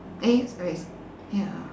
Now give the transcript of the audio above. eh wait ya